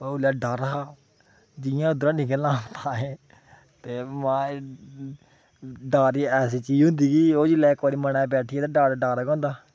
पर ओह्लै डर हा जि'यां उद्धरा निकलना अहें ते माए डर ऐसी चीज होंदी कि ओह् जेल्लै इक बारी मनै च बैठी गेई ते डर डर गै होंदा